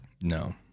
No